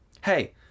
hey